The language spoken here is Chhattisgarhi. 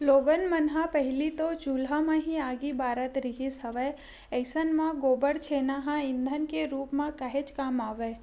लोगन मन ह पहिली तो चूल्हा म ही आगी बारत रिहिस हवय अइसन म गोबर छेना ह ईधन के रुप म काहेच काम आवय